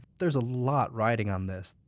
there's a lot riding on this.